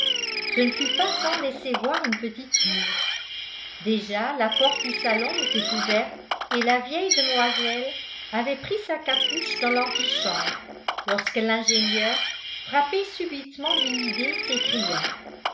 ce ne fut pas sans laisser voir une petite moue déjà la porte du salon était ouverte et la vieille demoiselle avait pris sa capuche dans l'antichambre lorsque l'ingénieur frappé subitement d'une idée s'écria